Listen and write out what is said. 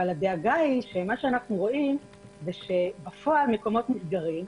אבל הדאגה היא שמה שאנחנו רואים שבפועל מקומות נסגרים,